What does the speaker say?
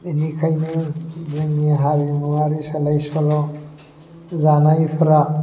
इनिखायनो जोंनि हारिमुवारि सोलाय सोल' जानायफोरा